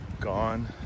gone